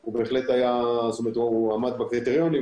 הוא בהחלט עמד בקריטריונים,